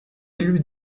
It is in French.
élu